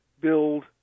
build